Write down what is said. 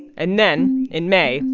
and then in may,